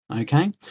okay